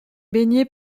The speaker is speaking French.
baignée